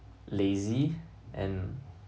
lazy and